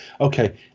okay